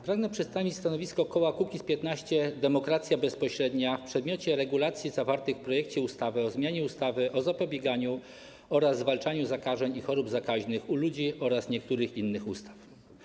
Pragnę przedstawić stanowisko koła Kukiz’15 - Demokracja Bezpośrednia w przedmiocie regulacji zawartych w projekcie ustawy o zmianie ustawy o zapobieganiu oraz zwalczaniu zakażeń i chorób zakaźnych u ludzi oraz niektórych innych ustaw.